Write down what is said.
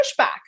pushback